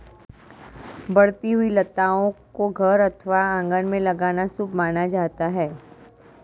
बढ़ती हुई लताओं को घर अथवा आंगन में लगाना शुभ माना जाता है